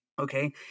okay